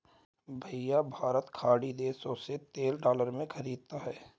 भैया भारत खाड़ी देशों से तेल डॉलर में ही खरीदता है